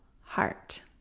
heart